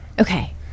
Okay